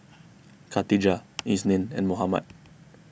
Khatijah Isnin and Muhammad